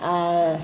आ